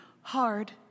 hard